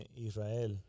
Israel